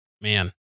man